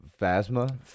Phasma